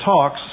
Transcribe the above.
talks